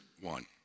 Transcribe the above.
one